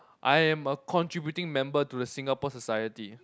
I am a contributing member to the Singapore society